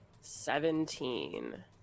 Seventeen